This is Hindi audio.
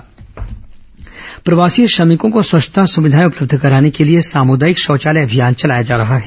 सामुदायिक शौचालय अभियान प्रवासी श्रमिकों को स्वच्छता सुविधाएं उपलब्ध कराने के लिए सामुदायिक शौचालय अभियान चलाया जा रहा है